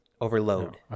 Overload